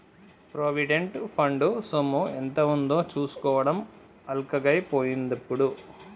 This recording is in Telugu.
ప్రొవిడెంట్ ఫండ్ సొమ్ము ఎంత ఉందో చూసుకోవడం అల్కగై పోయిందిప్పుడు